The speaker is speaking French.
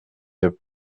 cap